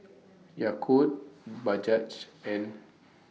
Yakult Bajaj and